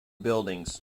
buildings